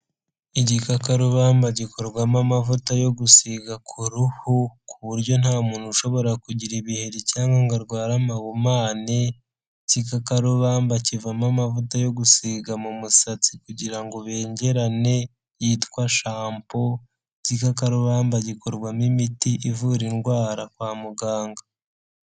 Igikakarubamba gikorwamo amavuta yo gusiga ku ruhu ku buryo nta muntu ushobora kugira ibiheri cyangwa ngo arware amahumane, ikikakarubamba kivamo amavuta yo gusiga mu musatsi kugira ngo ubengerane yitwa shampo, ikikarubamba gikorwamo imiti ivura indwara kwa muganga.